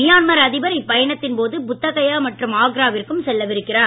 Myanmar அதிபர் இப்பயணத்தின் போது புத்தகயா மற்றும் ஆக்ராவிற்கும் செல்லவிருக்கிறார்